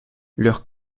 leurs